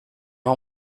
the